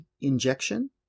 injection